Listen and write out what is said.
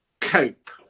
cope